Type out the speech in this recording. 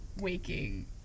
waking